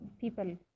people